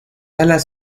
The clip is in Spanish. alas